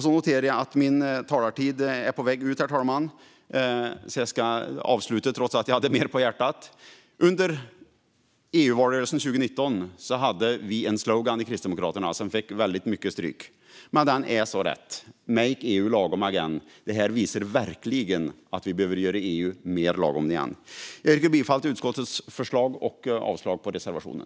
Under EU-valrörelsen 2019 hade Kristdemokraterna en slogan som fick mycket stryk. Men den är så rätt: Make EU lagom again. Och detta visar verkligen att vi behöver göra EU mer lagom igen. Jag yrkar bifall till utskottets förslag och avslag på reservationen.